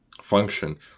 function